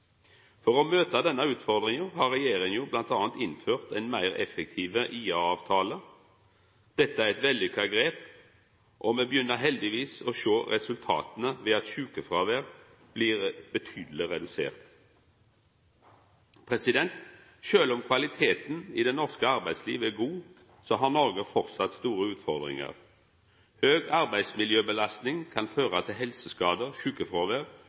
For å møta denne utfordringa har regjeringa t.d. innført ei meir effektiv IA-avtale. Dette er eit vellukka grep, og me begynner heldigvis å sjå resultata ved at sjukefråveret har blitt betydeleg redusert. Sjølv om kvaliteten i det norske arbeidslivet er god, har Noreg framleis store utfordringar. Høg arbeidsmiljøbelasting kan føra til